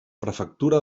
prefectura